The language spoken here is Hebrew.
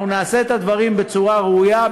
אנחנו נעשה את הדברים בצורה ראויה,